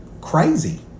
crazy